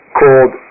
called